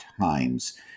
times